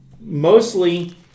mostly